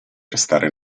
restare